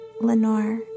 Lenore